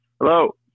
Hello